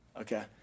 Okay